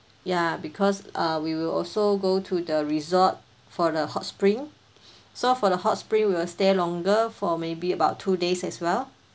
ya because err we will also go to the resort for the hot spring so for the hot spring we will stay longer for maybe about two days as well